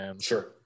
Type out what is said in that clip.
Sure